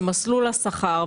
הם מסלול השכר,